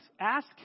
Ask